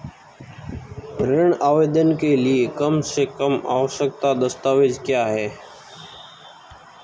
ऋण आवेदन के लिए कम से कम आवश्यक दस्तावेज़ क्या हैं?